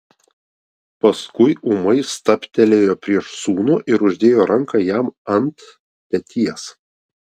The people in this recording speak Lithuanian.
paskui ūmai stabtelėjo prieš sūnų ir uždėjo ranką jam ant peties